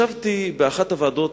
ישבתי באחת הוועדות